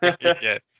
Yes